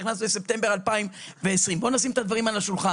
שנכנס בספטמבר 2020. בואו נשים את הדברים על השולחן.